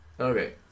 Okay